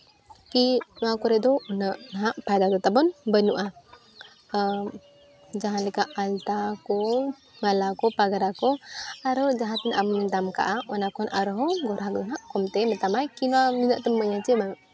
ᱠᱤ ᱚᱱᱟ ᱠᱚᱨᱮ ᱫᱚ ᱩᱱᱟᱹᱜ ᱦᱟᱸᱜ ᱯᱷᱟᱭᱫᱟ ᱫᱚ ᱛᱟᱵᱚᱱ ᱵᱟᱹᱱᱩᱜᱼᱟ ᱟᱨ ᱡᱟᱦᱟᱸ ᱞᱮᱠᱟ ᱟᱞᱛᱟ ᱠᱚ ᱢᱟᱞᱟ ᱠᱚ ᱯᱟᱸᱜᱽᱨᱟ ᱠᱚ ᱟᱨᱦᱚᱸ ᱡᱟᱦᱟᱸ ᱛᱤᱱᱟᱹᱜ ᱟᱢᱮᱢ ᱫᱟᱢ ᱠᱟᱜᱼᱟ ᱚᱱᱟ ᱠᱷᱚᱱ ᱟᱨᱦᱚᱸ ᱜᱳᱨᱟ ᱫᱚ ᱦᱟᱸᱜ ᱠᱚᱢᱛᱮ ᱢᱮᱛᱟᱢᱟᱭ ᱠᱤ ᱱᱚᱣᱟᱫᱚ ᱱᱤᱱᱟᱹᱜ ᱛᱮᱢ ᱤᱢᱟᱹᱧᱟ ᱥᱮ ᱵᱟᱝ